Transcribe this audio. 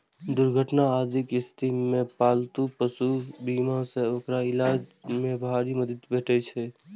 दुर्घटना आदिक स्थिति मे पालतू पशु बीमा सं ओकर इलाज मे भारी मदति भेटै छै